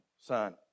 son